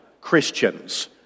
Christians